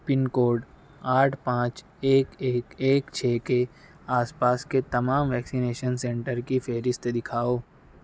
پن code آٹھ پانچ ایک ایک ایک چھ کے آس پاس کے تمام ویکسینیشن سینٹر کی فہرست دکھاؤ